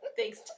Thanks